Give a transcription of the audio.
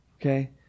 Okay